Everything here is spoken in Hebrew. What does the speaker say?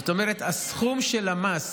זאת אומרת, הסכום של המס